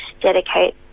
dedicate